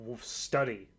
study